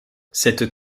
cette